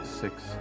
six